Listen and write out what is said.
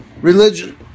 religion